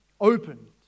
opened